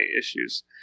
issues